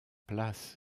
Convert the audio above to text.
place